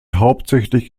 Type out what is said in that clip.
hauptsächlich